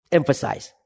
emphasize